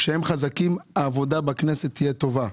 כשהם חזקים העבודה בכנסת תהיה טובה.